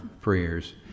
prayers